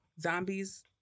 zombies